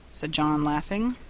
said john, laughing.